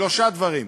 שלושה דברים.